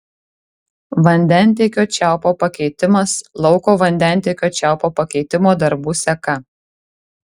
vandentiekio čiaupo pakeitimas lauko vandentiekio čiaupo pakeitimo darbų seka